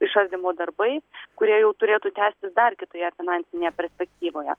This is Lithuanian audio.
išardymo darbai kurie jau turėtų tęstis dar kitoje finansinėje perspektyvoje